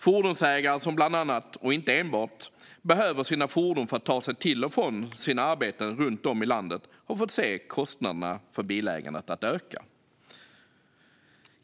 Fordonsägare som bland annat, och inte enbart, behöver sina fordon för att ta sig till och från sina arbeten runt om i landet har fått se kostnaderna för bilägandet öka.